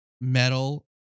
metal